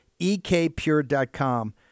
ekpure.com